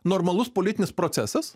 normalus politinis procesas